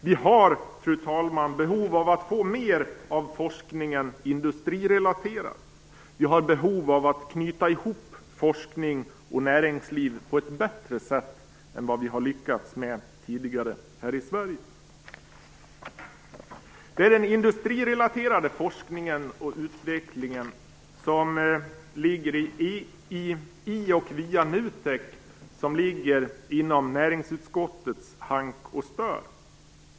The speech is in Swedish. Vi har, fru talman, behov av att få mer av forskningen industrirelaterad. Vi har behov av att knyta ihop forskning och näringsliv på ett bättre sätt än vad vi har lyckats med tidigare här i Sverige. Det är den industrirelaterade forskningen och utvecklingen i och via NUTEK som ligger inom näringsutskottets hank och stör.